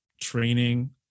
Training